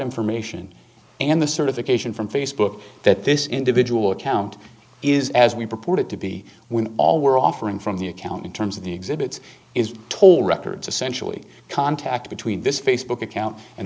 information and the certification from facebook that this individual account is as we reported to be when all we're offering from the account in terms of the exhibits is told records essentially contact between this facebook account and